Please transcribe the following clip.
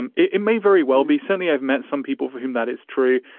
and it it may very well be somebody i've met, some people for whom that is true,